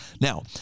Now